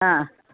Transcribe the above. ആ